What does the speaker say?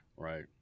right